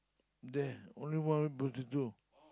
there only one potato